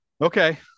Okay